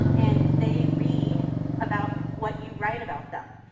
and they read about what you write about them.